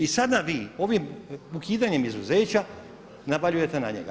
I sada vi ovim ukidanjem izuzeća navaljujete na njega.